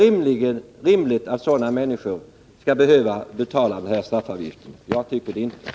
Är det rimligt att sådana människor skall behöva betala den föreslagna straffavgiften? Jag tycker inte det.